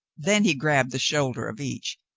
then he grabbed the shoulder of each.